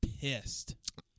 pissed